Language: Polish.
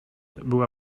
była